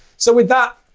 so with that,